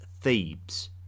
Thebes